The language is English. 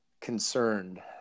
concerned